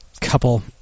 couple